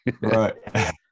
Right